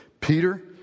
Peter